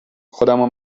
خودمو